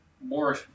more